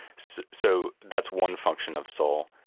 so that's one function of soul.